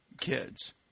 kids